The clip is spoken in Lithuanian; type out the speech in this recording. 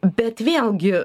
bet vėlgi